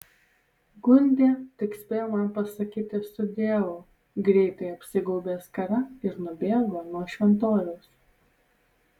gundė tik spėjo man pasakyti sudieu greitai apsigaubė skara ir nubėgo nuo šventoriaus